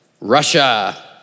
Russia